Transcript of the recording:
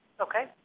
Okay